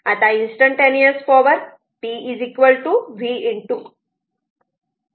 आता instantaneous power p v i आहे